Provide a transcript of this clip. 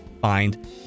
find